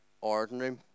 ordinary